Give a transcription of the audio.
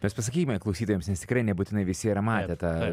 mes pasakykime klausytojams nes tikrai nebūtinai visi yra matę tą